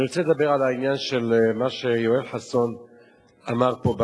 אני רוצה לדבר על העניין של מה שיואל חסון אמר פה,